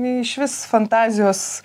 išvis fantazijos